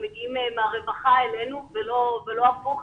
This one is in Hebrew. הם מגיעים מהרווחה אלינו ולא הפוך.